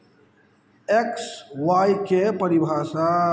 x Y के परिभाषा